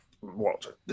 Walter